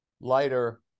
lighter